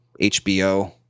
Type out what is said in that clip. HBO